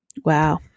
Wow